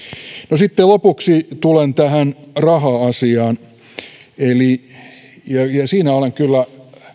sitten lopuksi tulen tähän raha asiaan siinä olen kyllä